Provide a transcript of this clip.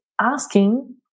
asking